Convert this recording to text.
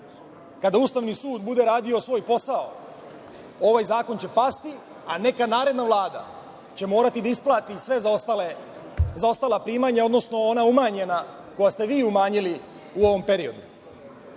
Ustavni sud bude radio svoj posao ovaj zakon će pasti, a neka naredna Vlada će morati da isplati sve zaostala primanja, odnosno ona umanjena koja ste vi umanjili u ovom periodu.